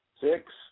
Six